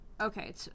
Okay